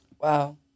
Wow